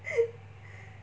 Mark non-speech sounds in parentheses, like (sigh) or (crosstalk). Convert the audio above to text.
(laughs)